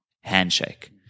handshake